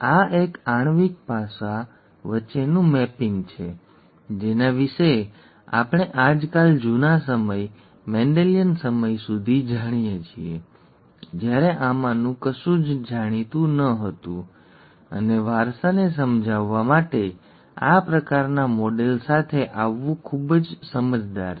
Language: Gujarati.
આ એક આણ્વિક પાસા વચ્ચેનું મેપિંગ છે જેના વિશે આપણે આજકાલ જૂના સમય મેન્ડેલિયન સમય સુધી જાણીએ છીએ જ્યારે આમાંનું કશું જ જાણીતું ન હતું અને વારસાને સમજાવવા માટે આ પ્રકારના મોડેલ સાથે આવવું ખૂબ જ સમજદાર છે